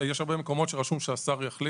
יש הרבה מקומות שרשום שהשר יחליט.